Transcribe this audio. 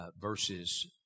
verses